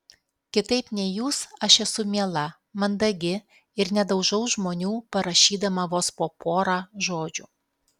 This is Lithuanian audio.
kitaip nei jūs aš esu miela mandagi ir nedaužau žmonių parašydama vos po porą žodžių